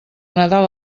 nadal